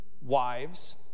wives